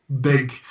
big